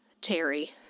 Terry